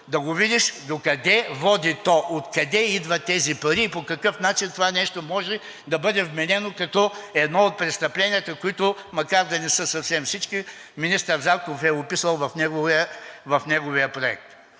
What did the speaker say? да го видиш докъде води то. Откъде идват тези пари и по какъв начин това нещо може да бъде вменено като едно от престъпленията, които макар да не са съвсем всички, министър Зарков е описал в неговия проект.